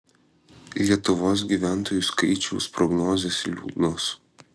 lietuvos gyventojų skaičiaus prognozės liūdnos